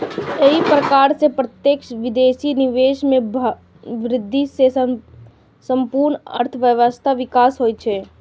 एहि प्रकार सं प्रत्यक्ष विदेशी निवेश मे वृद्धि सं संपूर्ण अर्थव्यवस्थाक विकास होइ छै